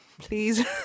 Please